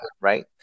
right